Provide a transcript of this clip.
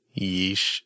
Yeesh